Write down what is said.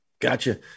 Gotcha